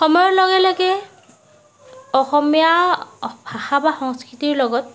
সময়ৰ লগে লগে অসমীয়া ভাষা বা সংস্কৃতিৰ লগত